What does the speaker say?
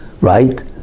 right